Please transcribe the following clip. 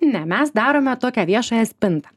ne mes darome tokią viešąją spintą